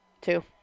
Two